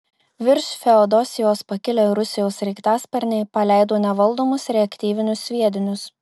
virš feodosijos pakilę rusijos sraigtasparniai paleido nevaldomus reaktyvinius sviedinius